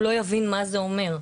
הוא לא יבין מה זה אומר.